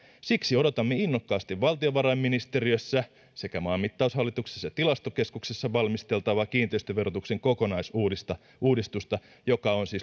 siksi odotamme innokkaasti valtiovarainministeriössä sekä maanmittaushallituksessa ja tilastokeskuksessa valmisteltavaa kiinteistöverotuksen kokonaisuudistusta joka on siis